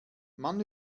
mann